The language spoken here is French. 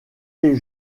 les